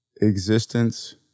Existence